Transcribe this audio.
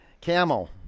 Camel